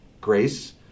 Grace